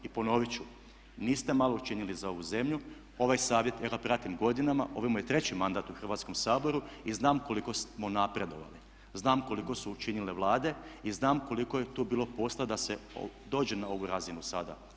I ponovit ću, niste malo učinili za ovu zemlju, ovaj Savjet, ja ga pratim godinama, ovo mu je treći mandat u Hrvatskom saboru i znam koliko smo napredovali, znam koliko su učinile Vlade i znam koliko je tu bilo posla da se dođe na ovu razinu sada.